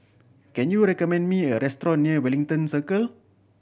can you recommend me a restaurant near Wellington Circle